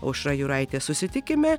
aušra juraitė susitikime